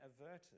averted